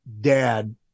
dad